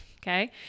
okay